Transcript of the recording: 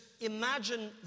Imagine